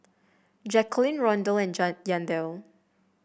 Jacalyn Rondal and Yandel